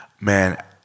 man